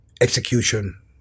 execution